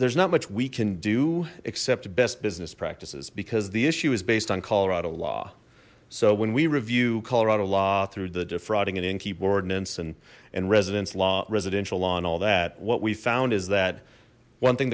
there's not much we can do except best business practices because the issue is based on colorado law so when we review colorado law through the defrauding an innkeeper ordinance and and residents law residential law and all that what we found is that one thing